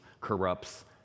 corrupts